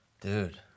Dude